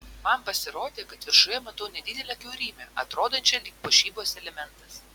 man pasirodė kad viršuje matau nedidelę kiaurymę atrodančią lyg puošybos elementas